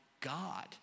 God